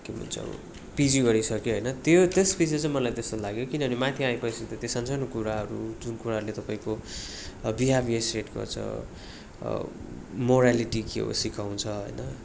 के भन्छ अब पिजी गरिसकेँ होइन त्यो त्यस पछि चाहिँ मलाई त्यस्तो लाग्यो किनभने माथि आए पछि त त्यो सान्सानो कुराहरू जुन कुराहरूले तपाईँको विहेव्यर सेट गर्छ मोरालिटी के हो सिकाउँछ होइन